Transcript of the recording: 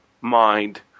mind